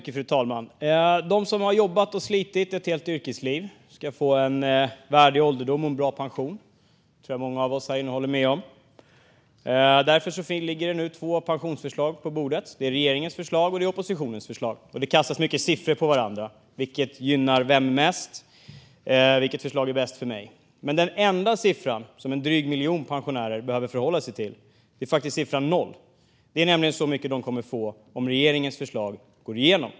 Fru talman! De som har jobbat och slitit ett helt yrkesliv ska få en värdig ålderdom och en bra pension; det tror jag att många av oss här inne håller med om. Därför ligger det nu två pensionsförslag på bordet - regeringens förslag och oppositionens förslag. Det kastas mycket siffror. Vilket förslag gynnar vem mest? Vilket förslag är bäst för mig? Den enda siffra som en dryg miljon pensionärer behöver förhålla sig till är siffran 0. Det är nämligen så mycket de kommer att få om regeringens förslag går igenom.